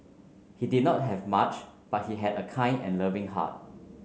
he did not have much but he had a kind and loving heart